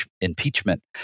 impeachment